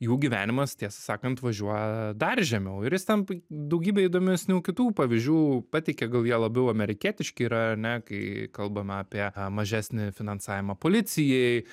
jų gyvenimas tiesą sakant važiuoja dar žemiau ir jis ten daugybė įdomesnių kitų pavyzdžių pateikia gal jie labiau amerikietiški yra ar ne kai kalbame apie mažesnį finansavimą policijai